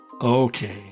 Okay